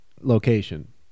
location